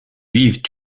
vivent